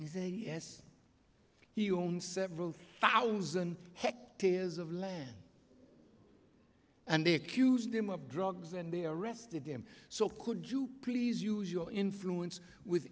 he say yes he owns several thousand years of land and they accused him of drugs and they arrested him so could you please use your influence with